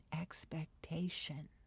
expectation